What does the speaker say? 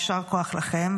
יישר כוח לכם,